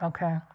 Okay